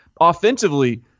offensively